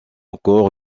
encore